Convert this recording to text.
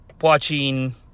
watching